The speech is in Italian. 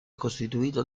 costituito